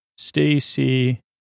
Stacy